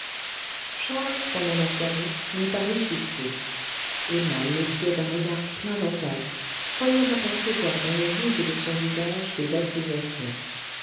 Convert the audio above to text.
charles pendant la soirée lui parut soucieux emma l'épiait d'un regard plein d'angoisse croyant apercevoir dans les rides de son visage des accusations